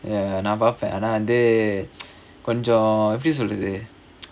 நா பாப்பேன் ஆனா வந்து கொஞ்ச எப்டி சொல்றது:naa paapaen aanaa vanthu konja epdi solrathu